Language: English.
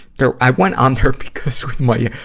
they're i went on there because with my, yeah